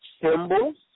Symbols